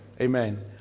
amen